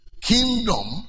kingdom